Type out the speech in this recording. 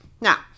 Now